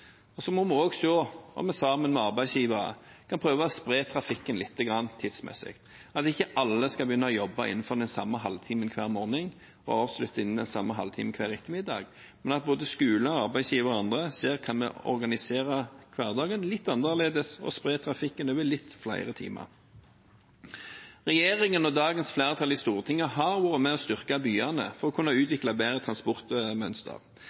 Og så må vi også se på, sammen med arbeidsgivere, om vi kan spre trafikken litt tidsmessig, at ikke alle skal begynne å jobbe innenfor den samme halvtimen hver morgen og avslutte innen den samme halvtimen hver ettermiddag, men at både skoler, arbeidsgivere og andre ser på om vi kan organisere hverdagen litt annerledes og spre trafikken over litt flere timer. Regjeringen og dagens flertall i Stortinget har vært med og styrket byene for å kunne utvikle bedre transportmønster